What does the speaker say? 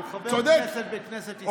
הוא חבר כנסת בכנסת ישראל.